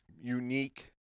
unique